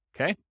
Okay